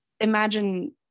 imagine